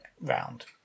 round